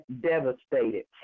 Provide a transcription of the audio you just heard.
devastated